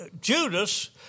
Judas